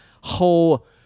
whole